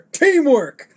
teamwork